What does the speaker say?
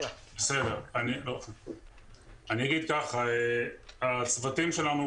אני אגיד ככה: הצוותים שלנו,